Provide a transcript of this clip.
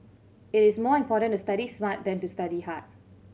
it is more important to study smart than to study hard